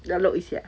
你 upload 一下